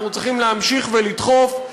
אנחנו צריכים להמשיך לדחוף,